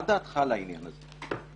מה דעתך על העניין הזה?